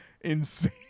Insane